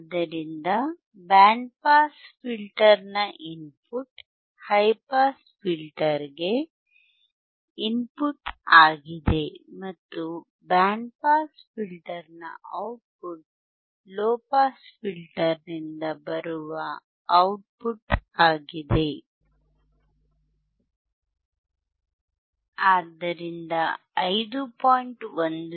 ಆದ್ದರಿಂದ band pass ಫಿಲ್ಟರ್ನ input high pass ಫಿಲ್ಟರ್ಗೆ ಇನ್ಪುಟ್ ಆಗಿದೆ ಮತ್ತು ಬ್ಯಾಂಡ್ ಪಾಸ್ ಫಿಲ್ಟರ್ನ ಔಟ್ಪುಟ್ ಲೊ ಪಾಸ್ ಫಿಲ್ಟರ್ನಿಂದ ಬರುವ ಔಟ್ಪುಟ್ ಆಗಿದೆ ಆದ್ದರಿಂದ 5